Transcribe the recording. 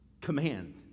command